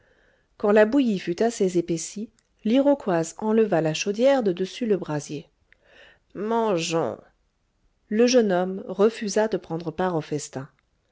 quand la bouillie fut assez épaissie l'iroquoise enleva la chaudière de dessus le brasier mangeons le jeune homme refusa de prendre part au festin